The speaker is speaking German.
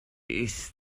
ist